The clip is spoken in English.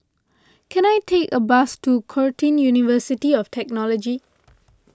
can I take a bus to Curtin University of Technology